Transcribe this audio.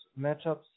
matchups